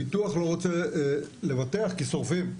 הביטוח לא רוצה לבטח כי שורפים,